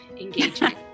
engagement